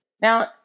Now